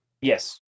Yes